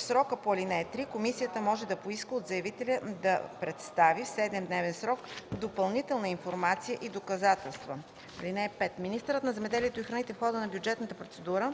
срока по ал. 3 комисията може да поиска от заявителя да представи в 7-дневен срок допълнително информация и доказателства. (5) Министърът на земеделието и храните в хода на бюджетната процедура